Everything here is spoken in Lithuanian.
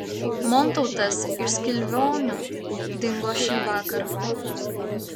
montautas iš skilvionių dingo šįvakar